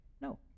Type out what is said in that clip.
no